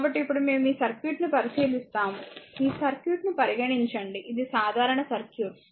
కాబట్టి ఇప్పుడు మేము ఈ సర్క్యూట్ను పరిశీలిస్తాము ఈ సర్క్యూట్ను పరిగణించండి ఇది సాధారణ సర్క్యూట్